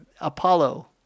Apollo